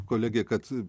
kolegė kad